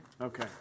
Okay